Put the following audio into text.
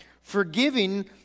Forgiving